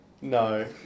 No